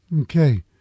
Okay